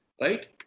Right